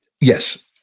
Yes